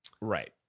right